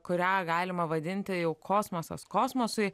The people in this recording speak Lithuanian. kurią galima vadinti jau kosmosas kosmosui